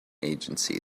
agency